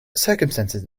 circumstances